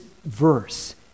verse